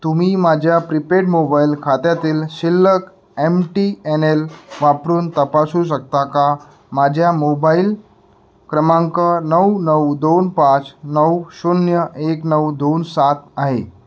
तुम्ही माझ्या prepaid mobile खात्यातील शिल्लक एम टी एन एल वापरून तपासू शकता का माझ्या मोबाईल क्रमांक नऊ नऊ दोन पाच नऊ शून्य एक नऊ दोन सात आहे